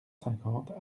cinquante